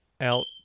out